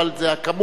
אבל זה הכמות,